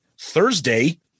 Thursday